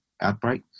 outbreak